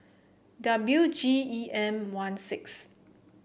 W G E M one six